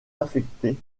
affecté